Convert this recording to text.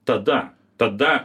tada tada